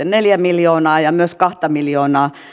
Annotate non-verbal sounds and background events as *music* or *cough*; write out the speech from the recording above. *unintelligible* neljä miljoonaa ja myös kaksi miljoonaa